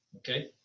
Okay